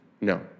No